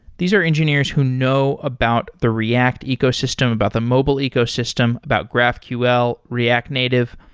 these are engineers who know about the react ecosystem about the mobile ecosystem, about graphql, react native.